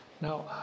Now